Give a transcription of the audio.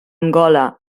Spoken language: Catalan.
angola